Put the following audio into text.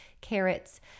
carrots